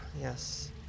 yes